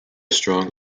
strong